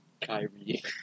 Kyrie